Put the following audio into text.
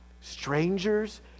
Strangers